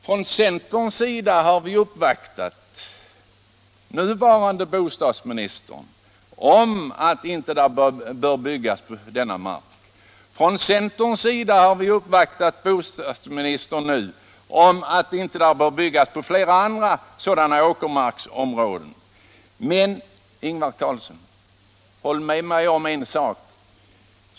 Från centerpartiets sida har vi uppvaktat nuvarande bostadsministern om att det inte bör byggas på denna mark och att det inte bör byggas på flera andra sådana åkermarksområden. Men håll med mig om en sak, herr Ingvar Carlsson!